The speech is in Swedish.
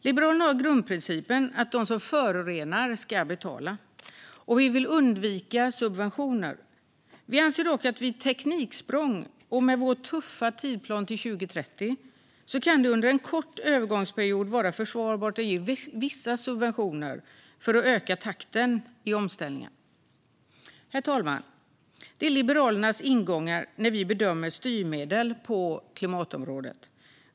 Liberalerna har grundprincipen att de som förorenar ska betala, och vi vill undvika subventioner. Vi anser dock att det vid tekniksprång och med vår tuffa tidsplan till 2030 under en kort övergångsperiod kan vara försvarbart att ge vissa subventioner för att öka takten i omställningen. Herr talman! Detta är Liberalernas ingångar när vi bedömer styrmedel på klimatområdet.